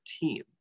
team